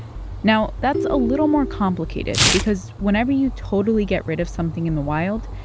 now, that's a little more complicated because whenever you totally get rid of something in the wild,